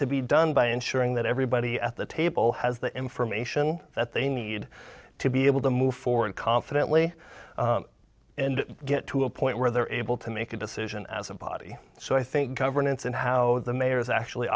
to be done by ensuring that everybody at the table has the information that they need to be able to move forward confidently and get to a point where they're able to make a decision as a body so i think governance and how the mayor is actually